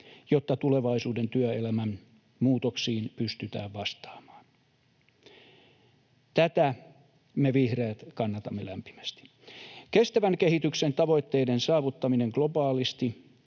jotta tulevaisuuden työelämän muutoksiin pystytään vastaamaan. Tätä me vihreät kannatamme lämpimästi. Kestävän kehityksen tavoitteiden saavuttaminen globaalisti